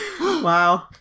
Wow